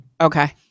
Okay